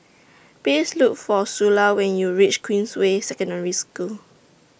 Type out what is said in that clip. Please Look For Sula when YOU REACH Queensway Secondary School